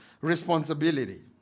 responsibility